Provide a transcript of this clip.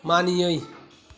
मानियै